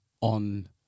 on